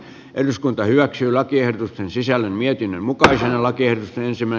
eduskunta hyväksyy lakiehdotusten sisällön mietin mukaisella kiertäisimme